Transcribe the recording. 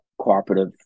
cooperative